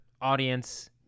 audience